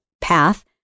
path